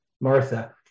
Martha